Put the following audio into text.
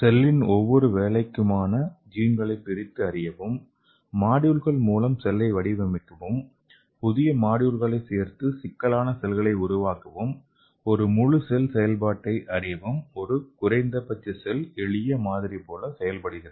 செல்லின் ஒவ்வொரு வேலைக்குமான ஜீன்களை பிரித்து அறியவும் மாடியூல்கள் மூலம் செல்லை வடிவமைக்கவும் புதிய மாடியூல்களை சேர்த்து சிக்கலான செல்களை உருவாக்கவும் ஒரு முழு செல் செயல்பாட்டை அறிய ஒரு குறைந்தபட்ச செல் எளிய மாதிரி போல செயல்படுகிறது